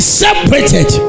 separated